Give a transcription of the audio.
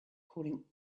calling